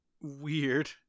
weird